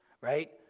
Right